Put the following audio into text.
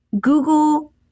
Google